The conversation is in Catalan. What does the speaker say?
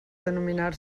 denominar